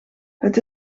het